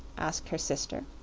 asked her sister.